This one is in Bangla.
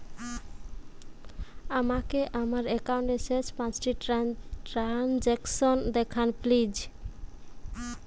আমাকে আমার একাউন্টের শেষ পাঁচটি ট্রানজ্যাকসন দেখান প্লিজ